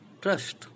trust